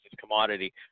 commodity